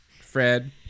Fred